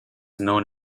known